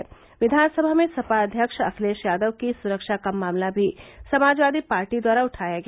क्वानसभा में सपा अध्यक्ष अखिलेश यादव की सुरक्षा का मामला भी समाजवादी पार्टी द्वारा उठाया गया